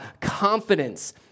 confidence